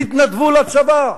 התנדבו לצבא,